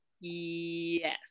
Yes